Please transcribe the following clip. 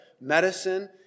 medicine